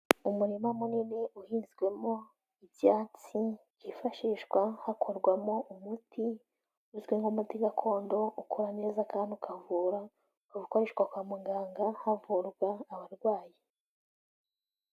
Umurima munini uhinzwemo ibyatsi byifashishwa hakorwamo umuti uzwi nk'umuti gakondo, ukora neza kandi ukavura, ukoreshwa kwa muganga havurwa abarwayi.